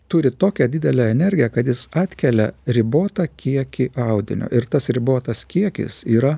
turi tokią didelę energiją kad jis atkelia ribotą kiekį audinio ir tas ribotas kiekis yra